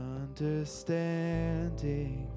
understanding